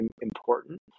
important